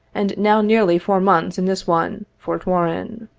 and now nearly four months in this one, fort warren.